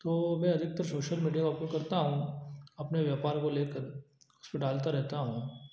तो मैं अधिकतर सोशल मीडिया अपलोड करता हूँ अपने व्यापार को लेकर उस पर डालता रहता हूँ